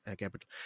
capital